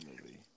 movie